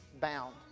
bound